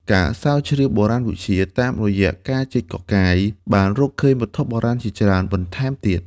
ការស្រាវជ្រាវបុរាណវិទ្យាតាមរយៈការជីកកកាយ បានរកឃើញវត្ថុបុរាណជាច្រើនបន្ថែមទៀត។